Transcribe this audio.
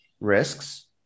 risks